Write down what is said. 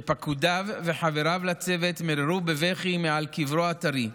כשפקודיו וחבריו לצוות מיררו בבכי מעל קברו הטרי,